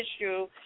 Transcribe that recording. issue